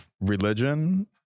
religion